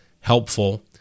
helpful